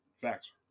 Facts